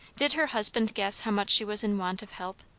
did her husband guess how much she was in want of help?